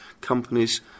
companies